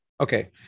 Okay